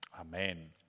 Amen